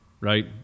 right